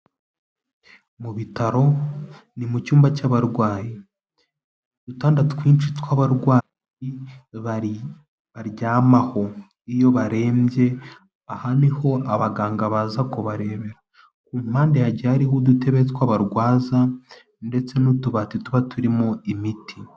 Mu bitaro ni mu cyumba cy'abarwayi udutanda twinshi tw'abarwayi, bari baryamaho iyo barembye aha niho abaganga baza kubarebera, ku mpande hagiye hariho udutebe tw'abarwaza ndetse n'utubati tuba turimo imiti.